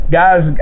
guys